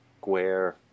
square